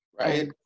Right